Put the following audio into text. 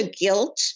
guilt